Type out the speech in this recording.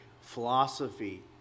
philosophy